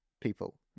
people